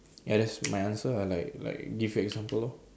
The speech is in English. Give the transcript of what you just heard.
ya that's my answer lah like like give an example lor